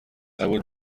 قبول